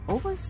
Over